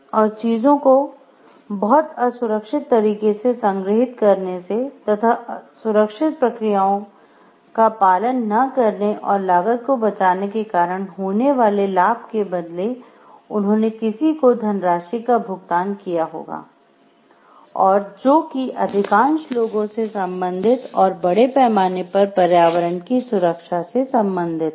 और चीजों को बहुत असुरक्षित तरीके से संग्रहीत करने से तथा सुरक्षित प्रक्रियाओं पालन न करने और लागत को बचाने के कारण होने वाले लाभ के बदले उन्होंने किसी को धनराशि का भुगतान किया होगा और जो कि अधिकांश लोगों से संबंधित और बड़े पैमाने पर पर्यावरण की सुरक्षा से सम्बंधित है